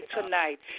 tonight